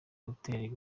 hotel